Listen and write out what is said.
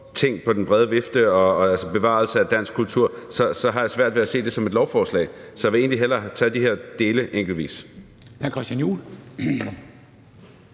ting og på den brede vifte, altså bevarelse af dansk kultur, så har jeg svært ved at se det som et lovforslag. Så jeg vil egentlig hellere tage de her dele enkeltvis.